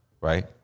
right